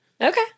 Okay